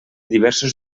diversos